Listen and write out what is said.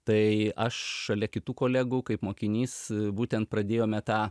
tai aš šalia kitų kolegų kaip mokinys būtent pradėjome tą